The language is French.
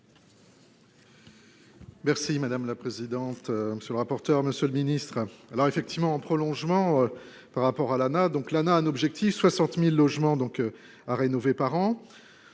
Merci madame la présidente, monsieur le rapporteur, monsieur le ministre, alors effectivement en prolongement par rapport à l'Anaes, donc l'année un objectif 60000 logements donc à rénover an